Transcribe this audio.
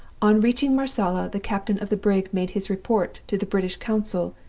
on reaching marsala, the captain of the brig made his report to the british consul,